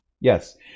Yes